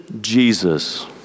Jesus